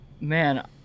man